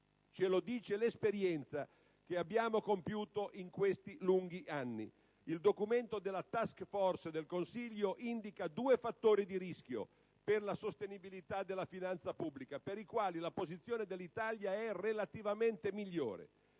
ce lo dice l'esperienza che abbiamo fatto in questi lunghi anni. Il documento della *task force* del Consiglio indica due fattori di rischio per la sostenibilità della finanza pubblica per i quali la posizione dell'Italia è relativamente migliore.